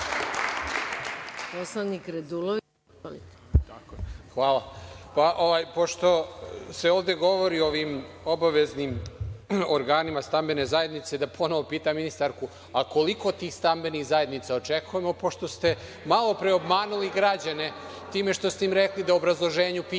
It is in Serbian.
**Saša Radulović** Pa, pošto se ovde govorim o ovim obaveznim organima stambene zajednice, da ponovo pitam ministarku, a koliko tih stambenih zajednica očekujemo pošto ste malo pre obmanuli građane time što ste im rekli da u obrazloženju piše, a